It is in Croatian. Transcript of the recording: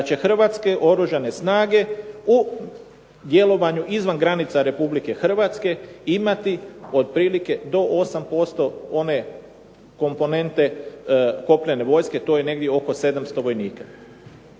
da će Hrvatske oružane snage u djelovanju izvan granica Republike Hrvatske imati otprilike do 8% one komponente kopnene vojske. To je negdje oko 700 vojnika.